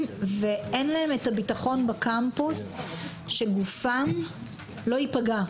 ואין להם את הביטחון בקמפוס שגופם לא ייפגע,